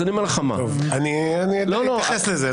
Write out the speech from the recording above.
אתייחס לזה.